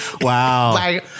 Wow